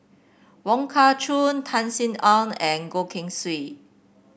Wong Kah Chun Tan Sin Aun and Goh Keng Swee